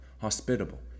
hospitable